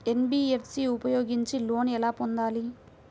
NBFC ఉపయోగించి loan ఎలా పొందాలి?